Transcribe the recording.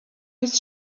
his